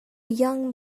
young